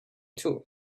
too